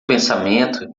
pensamento